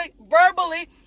verbally